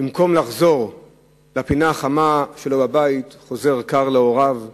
במקום לחזור לפינה החמה שלו בבית, חוזר קר להוריו.